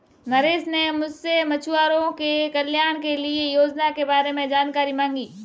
नरेश ने मुझसे मछुआरों के कल्याण के लिए योजना के बारे में जानकारी मांगी